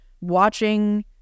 watching